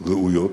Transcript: ראויות,